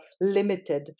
limited